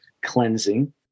cleansing